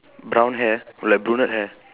brown hair like brunette hair